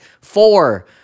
four